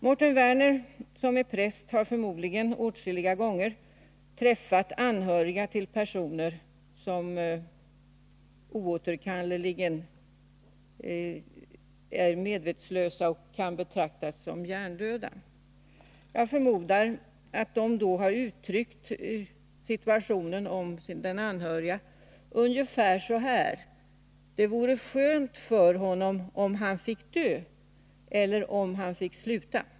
Mårten Werner, som är präst, har förmodligen åtskilliga gånger träffat anhöriga till personer som oåterkalleligen är medvetslösa och kan betraktas som hjärndöda. Jag förmodar att de anhöriga då har uttryckt situationen ungefär på följande sätt: Det vore skönt för honom om han fick dö eller om han fick sluta.